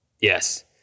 Yes